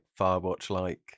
Firewatch-like